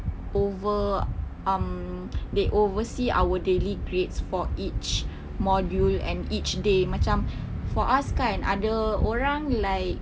over um they oversee our daily grades for each module and each day macam for us kan ada orang like